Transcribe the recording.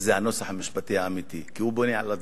זה הנוסח המשפטי האמיתי, כי הוא בונה על אדמתו.